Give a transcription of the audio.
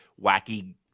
Wacky